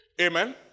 Amen